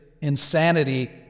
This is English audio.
insanity